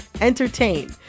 entertain